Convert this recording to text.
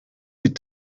die